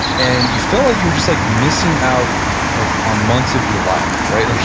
and you felt like you were just like missing out like on months of your life, right? like